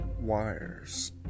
wires